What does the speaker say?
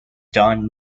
don